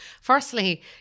firstly